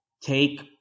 Take